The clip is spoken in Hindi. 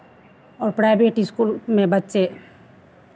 और प्राइवेट स्कूल में बच्चे